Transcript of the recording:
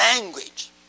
language